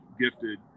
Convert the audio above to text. gifted